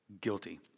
Guilty